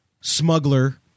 smuggler